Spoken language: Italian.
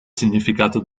significato